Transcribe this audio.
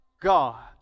God